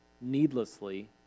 needlessly